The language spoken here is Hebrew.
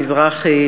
מזרחי,